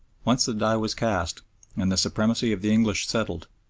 once the die was cast and the supremacy of the english settled,